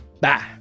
bye